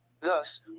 Thus